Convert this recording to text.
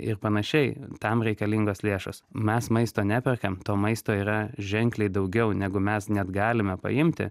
ir panašiai tam reikalingos lėšos mes maisto neperkam to maisto yra ženkliai daugiau negu mes net galime paimti